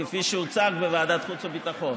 כפי שהוצג בוועדת החוץ והביטחון.